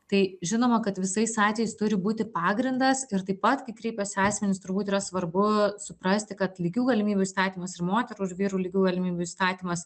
tai žinoma kad visais atvejais turi būti pagrindas ir taip pat kai kreipiasi asmenys turbūt yra svarbu suprasti kad lygių galimybių įstatymas ir moterų ir vyrų lygių galimybių įstatymas